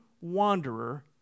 wanderer